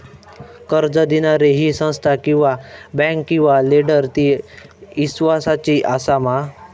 कर्ज दिणारी ही संस्था किवा बँक किवा लेंडर ती इस्वासाची आसा मा?